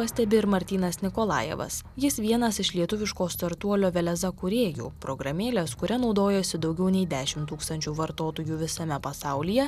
pastebi ir martynas nikolajevas jis vienas iš lietuviško startuolio veleza kūrėjų programėlės kuria naudojasi daugiau nei dešimt tūkstančių vartotojų visame pasaulyje